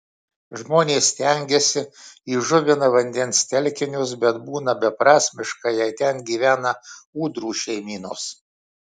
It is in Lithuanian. žmonės stengiasi įžuvina vandens telkinius bet būna beprasmiška jei ten gyvena ūdrų šeimynos